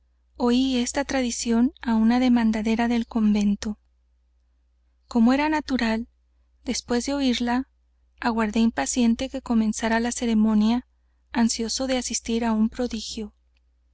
fueron ensanchándose ensanchándose hasta espirar en las orillas como era natural después de oirla aguarde impaciente que comenzara la ceremonia ansioso de asistir á un prodigio